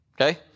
Okay